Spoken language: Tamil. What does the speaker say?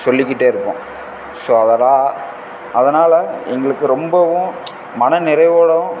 சொல்லிக்கிட்டே இருப்போம் ஸோ அதெல்லாம் அதனால் எங்களுக்கு ரொம்பவும் மன நிறைவோடும்